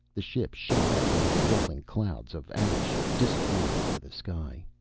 the ship shot up into the rolling clouds of ash, disappearing into the sky.